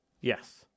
Yes